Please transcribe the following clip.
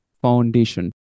foundation